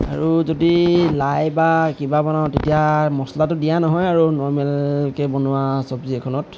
আৰু যদি লাই বা কিবা বনাওঁ তেতিয়া মচলাটো দিয়া নহয় আৰু নৰ্মেলকৈ বনোৱা চব্জি এখনত